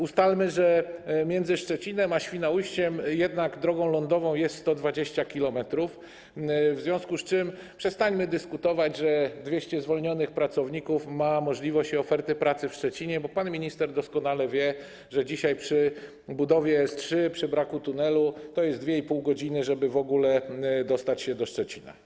Ustalmy, że między Szczecinem a Świnoujściem jednak drogą lądową jest 120 km, w związku z czym przestańmy dyskutować, że 200 zwolnionych pracowników ma możliwość i oferty pracy w Szczecinie, bo pan minister doskonale wie, że dzisiaj, przy budowie S3, przy braku tunelu, potrzeba 2,5 godziny, żeby w ogóle dostać się do Szczecina.